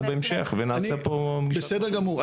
בסדר גמור.